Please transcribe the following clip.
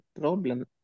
problem